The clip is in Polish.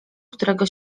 którego